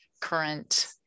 current